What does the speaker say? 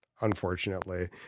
unfortunately